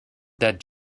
dead